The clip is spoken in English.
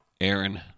aaron